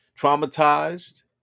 traumatized